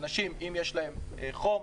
אנשים שיש להם חום.